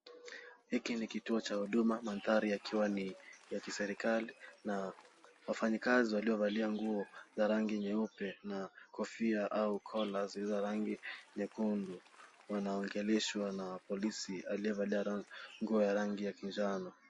Hiki ni kituo cha huduma mandhari yakiwa ni ya kiserikali na wafanyikazi waliovalia nguo za rangi nyeupe na kofia au cola za rangi nyekundu wanaongeleshwa na polisi aliyevalia nguo ya rangi ya kijani.